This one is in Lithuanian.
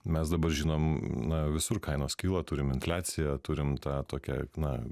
mes dabar žinom na visur kainos kyla turim infliaciją turim tą tokią na